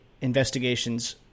investigations